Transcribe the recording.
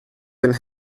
den